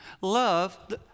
Love